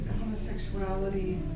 homosexuality